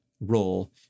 role